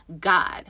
God